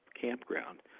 campground